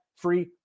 Free